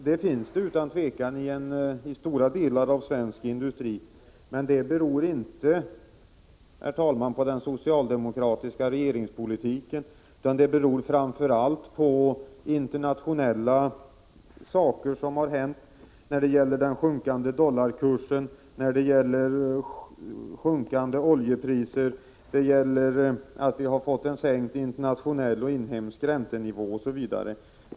Ja, så är utan tvekan fallet inom stora delar av svensk industri. Men det beror inte, herr talman, på den socialdemokratiska regeringspolitiken utan i första hand på internationella ting: den sjunkande dollarkursen, sjunkande oljepriser. Det beror även på att den internationella räntenivån och den inhemska räntenivån har sänkts.